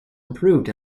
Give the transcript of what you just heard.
improved